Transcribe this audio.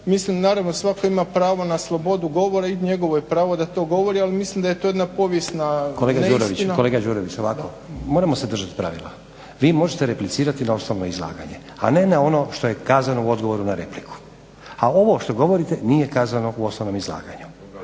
Mislim, naravno svatko ima pravo na slobodu govora i njegovo je pravo da to govori, ali mislim da je to povijesna neistina. **Stazić, Nenad (SDP)** Kolega Đurović, ovako, moramo se držat pravila, vi možete replicirat na osnovno izlaganje a ne na ono što je kazano u odgovoru na repliku. A ovo što govorite nije kazano u osnovnom izlaganju.